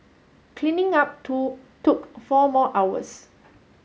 cleaning up too took four more hours